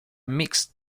mixed